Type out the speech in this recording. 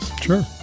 Sure